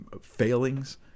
failings